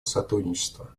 сотрудничества